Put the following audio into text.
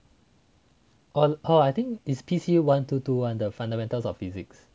oh I think it's P_C one two two one the fundamentals of physics